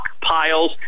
piles